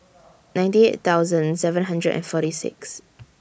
ninety eight thousand seven hundred and forty six